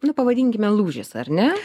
nu pavadinkime lūžis ar ne